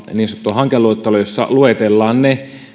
niin sanottua hankeluetteloa jossa luetellaan ne